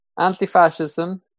anti-fascism